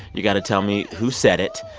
you got to tell me who said it.